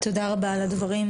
תודה רבה על הדברים,